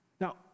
Now